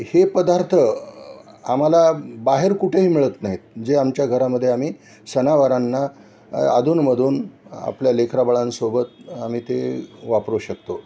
हे पदार्थ आम्हाला बाहेर कुठेही मिळत नाहीत जे आमच्या घरामध्ये आम्ही सणावारांना अधूनमधून आपल्या लेकराबाळांसोबत आम्ही ते वापरू शकतो